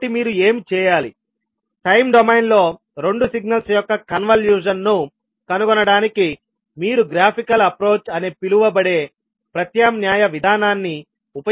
కాబట్టి మీరు ఏమి చేయాలి టైమ్ డొమైన్లో రెండు సిగ్నల్స్ యొక్క కన్వల్యూషన్ ను కనుగొనడానికి మీరు గ్రాఫికల్ అప్రోచ్ అని పిలువబడే ప్రత్యామ్నాయ విధానాన్ని ఉపయోగించాలి